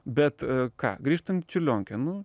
bet ką grįžtam į čiurlionkę nu